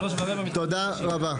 תודה רבה.